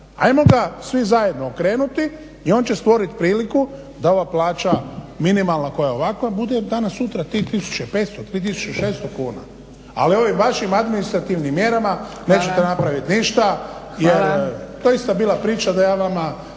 Ajmo ga svi zajedno okrenuti i on će stvorit priliku da ova plaća minimalna koja je ovakva bude danas sutra 3500, 3600 kuna. Ali evo i vašim administrativnim mjerama nećete napravit ništa jer to je ista bila priča da ja vama